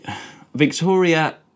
Victoria